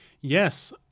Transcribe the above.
yes